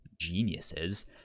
geniuses